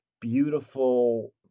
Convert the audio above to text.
beautiful